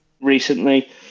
recently